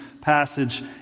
passage